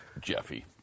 Jeffy